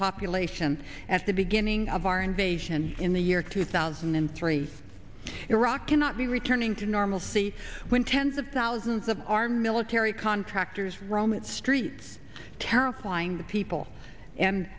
population at the beginning of our invasion and in the year two thousand and three iraq cannot be returning to normal sea when tens of thousands of our military contractors roam its streets terrifying the people and